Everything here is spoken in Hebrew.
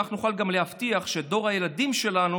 כך נוכל גם להבטיח שדור הילדים שלנו